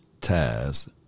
Taz